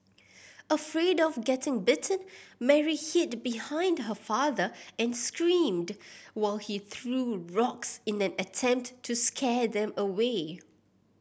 afraid of getting bitten Mary hid behind her father and screamed while he threw rocks in an attempt to scare them away